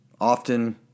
often